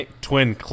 Twin